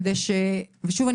שוב,